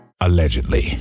allegedly